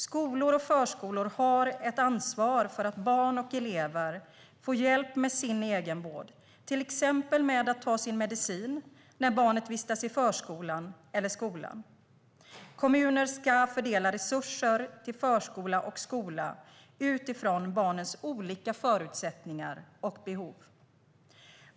Skolor och förskolor har ett ansvar för att barn och elever får hjälp med sin egenvård, till exempel med att ta sin medicin när barnet vistas i förskolan eller skolan. Kommuner ska fördela resurser till förskola och skola utifrån barnens olika förutsättningar och behov.